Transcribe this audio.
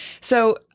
So-